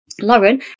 Lauren